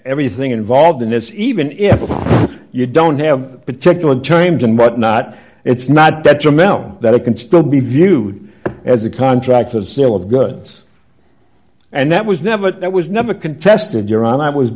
everything involved in this even if you don't have particular times and whatnot it's not detrimental that it can still be viewed as a contract for sale of goods and that was never there was never a contest and your honor i was